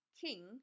King